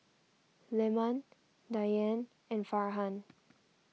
Leman Dian and Farhan